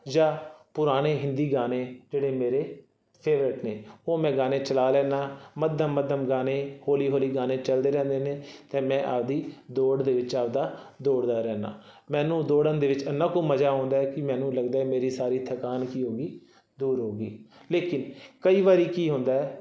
ਜਾਂ ਪੁਰਾਣੇ ਹਿੰਦੀ ਗਾਣੇ ਜਿਹੜੇ ਮੇਰੇ ਫੇਵਰੇਟ ਨੇ ਉਹ ਮੈਂ ਗਾਣੇ ਚਲਾ ਲੈਂਦਾ ਮੱਧਮ ਮੱਧਮ ਗਾਣੇ ਹੌਲੀ ਹੌਲੀ ਗਾਣੇ ਚੱਲਦੇ ਰਹਿੰਦੇ ਨੇ ਅਤੇ ਮੈਂ ਆਪਣੀ ਦੌੜ ਦੇ ਵਿੱਚ ਆਪਣਾ ਦੌੜਦਾ ਰਹਿੰਦਾ ਮੈਨੂੰ ਦੌੜਨ ਦੇ ਵਿੱਚ ਇੰਨਾ ਕੁ ਮਜ਼ਾ ਆਉਂਦਾ ਕਿ ਮੈਨੂੰ ਲੱਗਦਾ ਮੇਰੀ ਸਾਰੀ ਥਕਾਨ ਕੀ ਹੋ ਗਈ ਦੂਰ ਹੋ ਗਈ ਲੇਕਿਨ ਕਈ ਵਾਰ ਕੀ ਹੁੰਦਾ